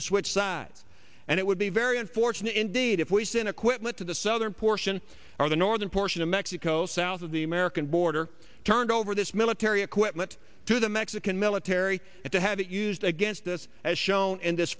to switch sides and it would be very unfortunate indeed if we sent equipment to the southern portion or the northern portion of mexico south of the american border turned over this military equipment to the mexican military and to have it used against us as shown in this